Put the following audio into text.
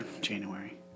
January